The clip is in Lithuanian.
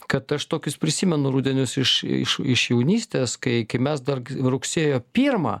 kad aš tokius prisimenu rudenius iš iš iš jaunystės kai kai mes dar rugsėjo pirmą